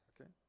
Okay